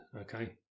okay